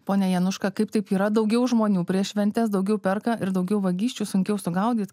pone januška kaip taip yra daugiau žmonių prieš šventes daugiau perka ir daugiau vagysčių sunkiau sugaudyt